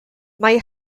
mae